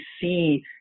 see